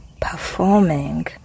performing